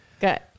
Good